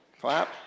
Clap